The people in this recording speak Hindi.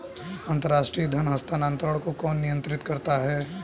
अंतर्राष्ट्रीय धन हस्तांतरण को कौन नियंत्रित करता है?